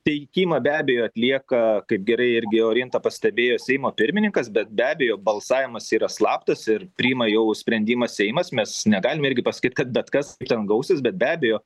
teikimą be abejo atlieka kaip gerai irgi orinta pastebėjo seimo pirmininkas bet be abejo balsavimas yra slaptas ir priima jau sprendimą seimas mes negalime irgi pasakyt kad bet kas ten gausis bet be abejo